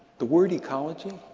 the word ecology,